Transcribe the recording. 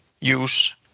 use